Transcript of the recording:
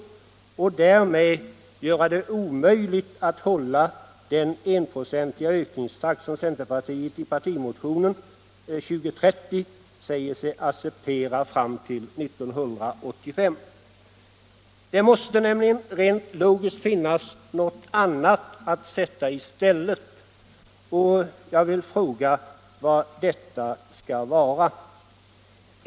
Denna ställning gör det omöjligt att hålla den enprocentiga ökningstakt som centerpartiet i partimotionen 2030 säger sig acceptera fram till 1985. Det måste nämligen rent logiskt finnas något annat att sätta i stället. Jag vill fråga vad detta skall vara.